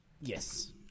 Yes